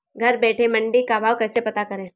घर बैठे मंडी का भाव कैसे पता करें?